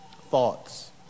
thoughts